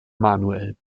manuel